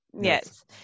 Yes